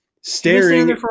staring